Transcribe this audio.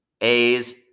A's